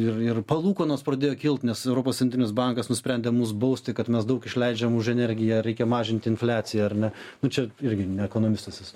ir ir palūkanos pradėjo kilt nes europos centrinis bankas nusprendė mus bausti kad mes daug išleidžiam už energiją reikia mažinti infliaciją ar ne nu čia irgi ne ekonomistasesu